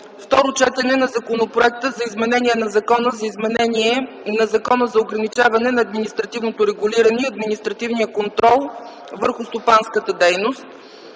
за изменение на Закона за изменение на Закона за ограничаване на административното регулиране и административния контрол върху стопанската дейност”.